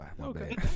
Okay